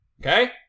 Okay